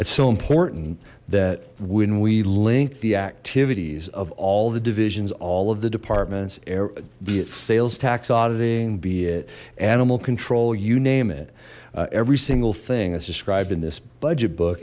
it's so important that when we link the activities of all the divisions all of the departments a sales tax auditing be it animal control you name it every single thing as described in this budget book